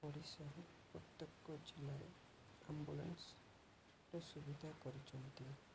ଓଡ଼ିଶାରେ ପ୍ରତ୍ୟେକ ଜିଲ୍ଲାରେ ଆମ୍ବୁଲାନ୍ସର ସୁବିଧା କରିଛନ୍ତି